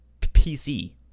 pc